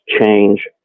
change